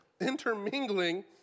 intermingling